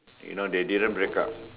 you know they didn't break up